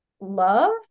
love